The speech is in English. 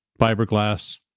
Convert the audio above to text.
fiberglass